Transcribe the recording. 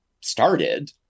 started